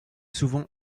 souvent